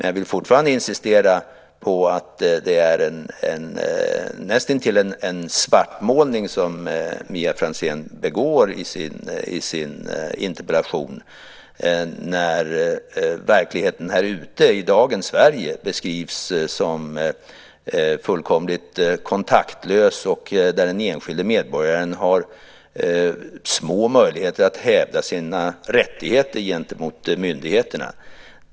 Jag vill fortfarande insistera på att det är näst intill en svartmålning som Mia Franzén gör i sin interpellation när verkligheten ute i dagens Sverige beskrivs som fullkomligt kontaktlös och att den enskilde medborgaren har små möjligheter att hävda sina rättigheter gentemot myndigheterna.